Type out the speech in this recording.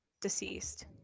deceased